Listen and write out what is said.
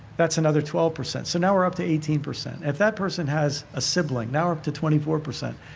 that's another twelve percent. so now we're up to eighteen percent. if that person has a sibling, now we're up to twenty four percent.